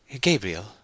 Gabriel